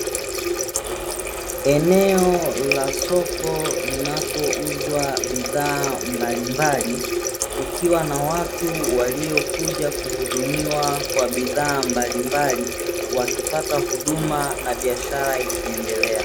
Eneo la soko linapouzwa bidhaa mbalimbali kukiwa na watu waliokuja kuhudumiwa kwa bidhaa mbalimbali wakipata huduma na biashara ikiendelea.